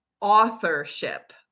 authorship